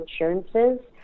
insurances